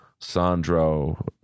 Sandro